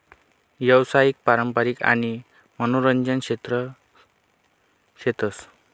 यावसायिक, पारंपारिक आणि मनोरंजन क्षेत्र शेतस